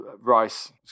Rice